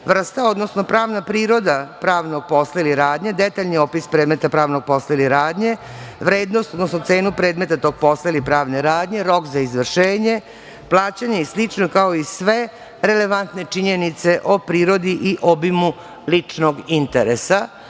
Vrsta, odnosno pravna priroda pravnog posla ili radnje, detaljni opis predmeta pravnog posla ili radnje, vrednost, odnosno cenu predmetna tog posla ili pravne radnje, rok za izvršenje, plaćanje i slično, kao i sve relevantne činjenice o prirodi i obimu ličnog interesa.